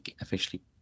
officially